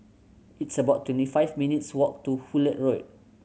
it's about twenty five minutes' walk to Hullet Road